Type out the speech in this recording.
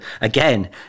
again